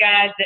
guys